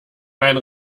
mein